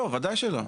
בוודאי שלא.